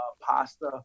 pasta